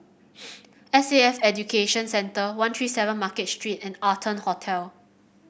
S A F Education Centre One Three Seven Market Street and Arton Hotel